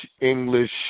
English